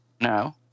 No